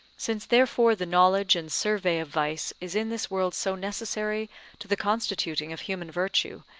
since therefore the knowledge and survey of vice is in this world so necessary to the constituting of human virtue,